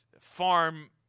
farm